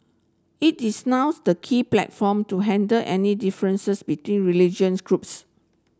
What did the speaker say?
it is now the key platform to handle any differences between religious groups